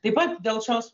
taip pat dėl šios